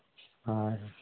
ᱦᱳᱭ